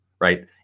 right